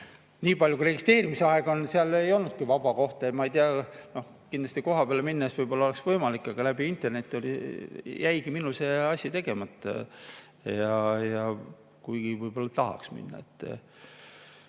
nii palju kui registreerimiseks vabu aegu on, seal ei olnudki vaba kohta. Ma ei tea, kohapeale minnes võib-olla oleks võimalik, aga läbi interneti jäigi minul see asi tegemata. Kuigi võib-olla tahaks minna.